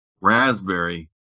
Raspberry